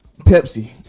Pepsi